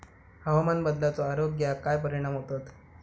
हवामान बदलाचो आरोग्याक काय परिणाम होतत?